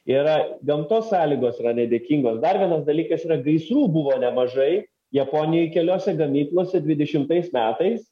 yra gamtos sąlygos yra nedėkingos dar vienas dalykas yra gaisrų buvo nemažai japonijoj keliose gamyklose dvidešimtais metais